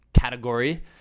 category